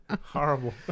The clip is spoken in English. horrible